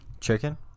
Chicken